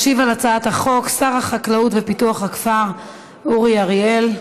ישיב על הצעת החוק שר החקלאות ופיתוח הכפר אורי אריאל.